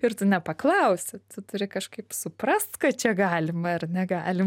ir tu nepaklausi tu turi kažkaip suprast kad čia galima ar negalim